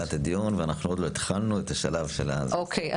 מתחילת הדיון ואנחנו עוד לא התחלנו את השלב --- אוקיי,